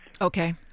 Okay